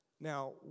Now